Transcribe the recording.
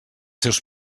seus